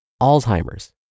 Alzheimer's